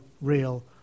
real